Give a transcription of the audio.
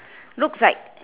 looks like